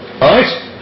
right